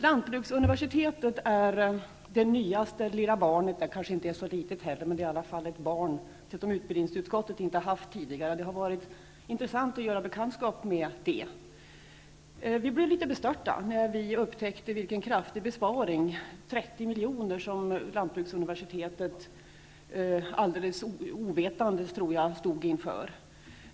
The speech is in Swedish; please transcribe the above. Lantbruksuniversitetet är det nyaste lilla barnet till utbildningsutskottet -- det kanske inte är så litet, men det är i alla fall ett barn som utbildningsutskottet inte har haft tidigare. Det har varit intressant att göra dess bekantskap. Vi blev litet bestörta när vi upptäckte vilken kraftig besparing som lantbruksuniversitetet -- sig självt helt ovetande, tror jag -- stod inför; den var på 30 miljoner.